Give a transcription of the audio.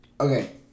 Okay